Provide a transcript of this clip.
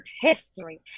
history